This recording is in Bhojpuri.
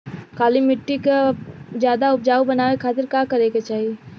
काली माटी के ज्यादा उपजाऊ बनावे खातिर का करे के चाही?